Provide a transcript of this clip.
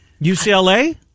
UCLA